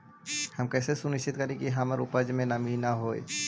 हम कैसे सुनिश्चित करिअई कि हमर उपज में नमी न होय?